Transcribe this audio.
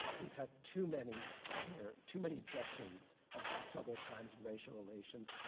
we've had too many year, too many decades of trouble times and racial relations.